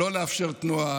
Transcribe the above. הייתה לא לאפשר תנועה,